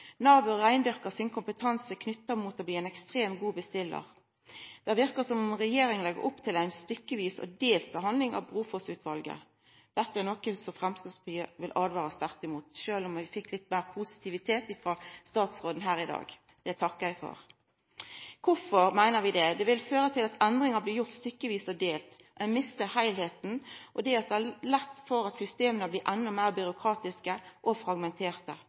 bør reindyrka kompetansen sin knytt til å bli ein ekstremt god bestillar. Det verkar som om regjeringa legg opp til ei stykkevis og delt behandling av utgreiinga frå Brofoss-utvalet. Dette er noko Framstegspartiet vil åtvara sterkt imot, sjølv om vi fekk litt positivitet frå statsråden her i dag. Det takkar eg for. Kvifor meiner vi dette? Det vil føra til at endringar blir gjorde stykkevis og delt. Ein mistar heilheita, og det er då lett at systema blir endå meir byråkratiske og fragmenterte.